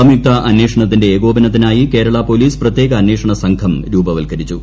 സംയുക്ത അന്വേഷണത്തിന്റെ ഏകോപനത്തിനായി കേരള പോലീസ് പ്രത്യേക അന്വേഷണ സംഘം രൂപവൽക്കരിച്ചു